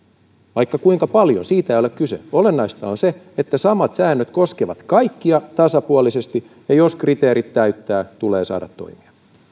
vaikka kuinka paljon siitä ei ole kyse olennaista on se että samat säännöt koskevat kaikkia tasapuolisesti ja jos kriteerit täyttää tulee saada toimia